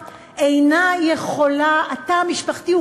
אבל אני אחסוך מכם את השיעור הזה במשפטים,